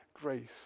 grace